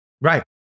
right